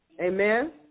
Amen